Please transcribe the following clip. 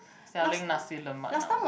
selling Nasi-Lemak now